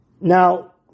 Now